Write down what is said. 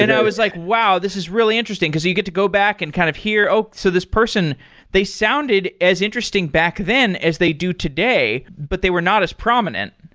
and i was like, wow! this is really interesting, because you get to go back and kind of hear, oh! so this person they sounded as interesting back then as they do today. but they were not as prominent.